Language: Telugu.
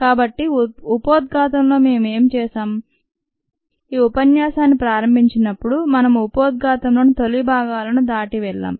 కాబట్టి ఉపోద్ఘాతంలో మేము ఏమి చేశాం ఈ ఉపన్యాసాన్ని ప్రారంభించినప్పుడు మనం ఉపోద్ఘాతంలోని తొలి భాగాలను దాటి వెళ్ళాం